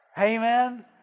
Amen